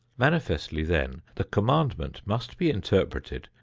manifestly, then, the commandment must be interpreted,